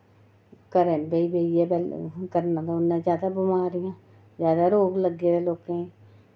घरें बेही बेहियै करना पौंदा जैदा बमारियां जैदा रोग लग्गे दे लोकें गी